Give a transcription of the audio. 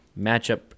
matchup